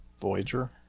Voyager